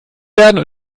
werden